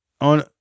on